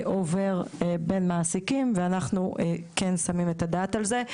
עובר בין מעסיקים ואנחנו כן שמים את הדעת על זה.